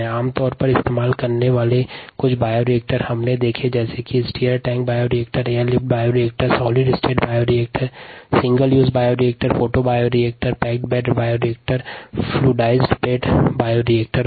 हमने आमतौर पर इस्तेमाल किए जाने वाले कुछ बायोरिएक्टर्स देखें जैसे stirred tank bioreactor air lift bioreactor solid state bioreactor single use bioreactors photobioreactor packed bed bioreactors और फ्लूईडाइज़्ड बेड बायोरिएक्टर